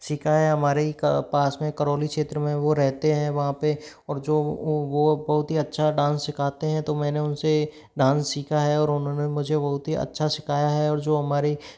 सिखाया है हमारे ही पास में करौली क्षेत्र में वो रहते हैं वहाँ पर और जो वो बहुत ही अच्छा डांस सीखाते हैं तो मैंने उनसे डांस सीखा है और उन्होंने मुझे बहुत ही अच्छा सिखाया है और जो हमारी